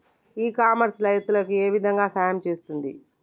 ఇ commerce రైతులకు ఏ విధంగా సహాయం చేస్తుంది?